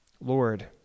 Lord